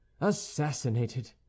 assassinated